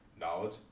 knowledge